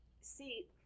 See